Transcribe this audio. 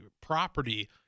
property